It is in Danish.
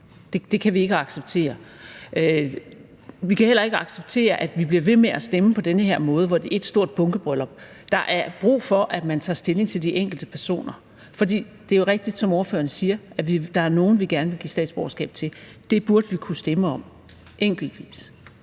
det kan vi ikke acceptere. Vi kan heller ikke acceptere, at vi bliver ved med at stemme på den her måde, hvor det er et stort bunkebryllup. Der er brug for, at man tager stilling til de enkelte personer, for det er jo rigtigt, som ordføreren siger, at der er nogle, vi gerne vil give statsborgerskab til. Det burde vi kunne stemme om enkeltvis,